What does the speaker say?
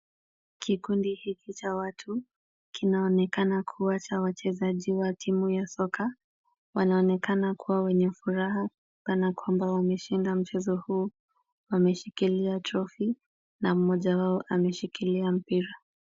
Kikundi hiki cha watu kinaonekana kuwa cha wachezaji wa timu ya soka. Wanaonekana kuwa wenye furaha kana kwamba wameshinda mchezo huu. Wameshikilia trophy na mmoja wao ameshikilia mpira.